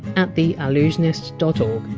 at theallusionist dot o